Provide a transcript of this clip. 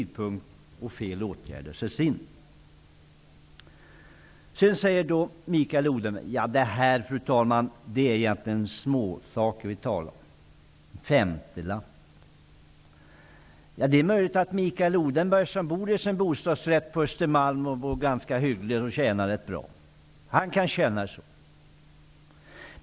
Det är också fel åtgärd som sätts in. Mikael Odenberg sade vidare att detta egentligen är fråga om småsaker -- en femtiolapp. Det är möjligt att Mikael Odenberg, som bor i bostadsrätt på Östermalm och tjänar rätt hyggligt, kan tycka så.